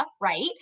right